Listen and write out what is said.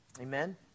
Amen